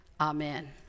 Amen